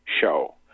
show